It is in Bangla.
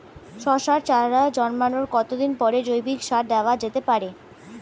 শশার চারা জন্মানোর কতদিন পরে জৈবিক সার দেওয়া যেতে পারে?